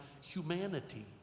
humanity